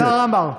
השר עמאר,